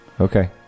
Okay